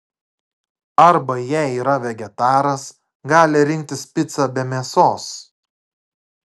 arba jei yra vegetaras gali rinktis picą be mėsos